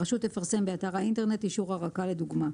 הרשות תפרסם באתר האינטרנט אישור הרקה לדוגמה".